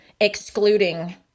excluding